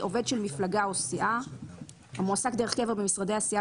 "עובד סיעה" עובד של מפלגה או סיעה המועסק דרך קבע במשרדי הסיעה